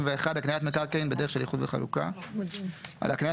הקניית מקרקעין בדרך של איחוד וחלוקה 31. על הקנייה